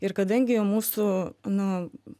ir kadangi mūsų nu